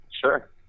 Sure